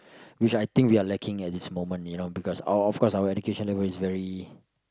which I think we are lacking at this moment you know because our our of course our education level is very